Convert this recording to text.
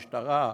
משטרה,